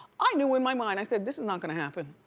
i knew in my mind. i said, this is not gonna happen.